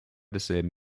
desselben